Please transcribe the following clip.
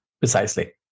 Precisely